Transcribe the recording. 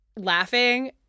laughing